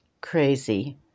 crazy